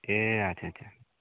ए अच्छा छा